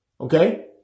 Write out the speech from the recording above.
okay